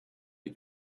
you